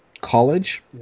college